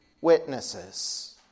witnesses